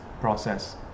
process